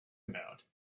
about